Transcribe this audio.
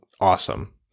awesome